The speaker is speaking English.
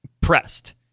pressed